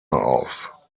auf